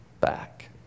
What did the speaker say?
back